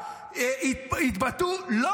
-- כי התבטאו השרים שלכם, אדוני יושב-ראש הישיבה.